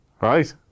Right